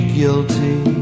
guilty